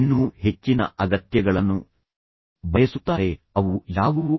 ಇನ್ನೂ ಹೆಚ್ಚಿನ ಅಗತ್ಯಗಳನ್ನು ಬಯಸುತ್ತಾರೆ ಅವು ಯಾವುವು